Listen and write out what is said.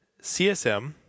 CSM